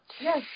Yes